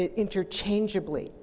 ah interchangeably